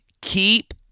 keep